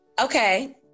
okay